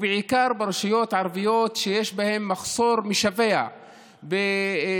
בעיקר ברשויות הערביות שיש בהן מחסור משווע בתשתיות.